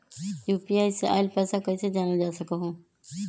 UPI से आईल पैसा कईसे जानल जा सकहु?